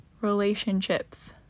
relationships